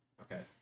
Okay